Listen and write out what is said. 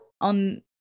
on